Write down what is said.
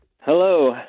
Hello